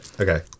Okay